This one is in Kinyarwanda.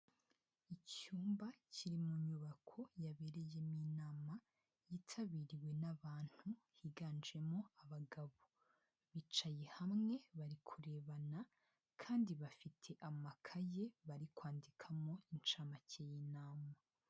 Icyumba kiri mu nyubako yabereyemo inama, yitabiriwe n'abantu higanjemo abagabo. Bicaye hamwe bari kurebana kandi bafite amakaye bari kwandikamo inshamake y'inama.